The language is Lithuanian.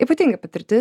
ypatingai patirtis